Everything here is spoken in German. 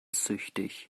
süchtig